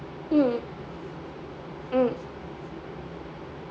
mm mm